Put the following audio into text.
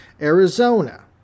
Arizona